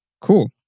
Cool